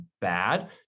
bad